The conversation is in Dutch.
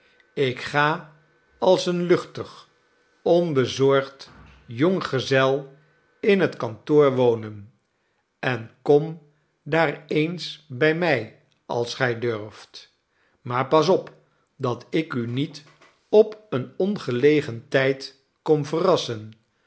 ik ga als een luchtig onbezorgd jonggezel in het kantoor wonen en kom daar eens bij mij als gij durft maar pas op dat ik u niet op een ongelegen tijd kom verrassen